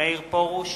מאיר פרוש,